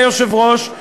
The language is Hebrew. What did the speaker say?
אדוני היושב-ראש,